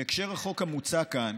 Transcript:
בהקשר של החוק המוצע כאן,